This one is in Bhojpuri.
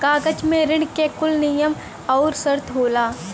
कागज मे ऋण के कुल नियम आउर सर्त होला